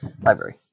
library